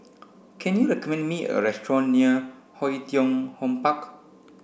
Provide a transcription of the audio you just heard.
can you recommend me a restaurant near Oei Tiong Ham Park